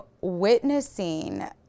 witnessing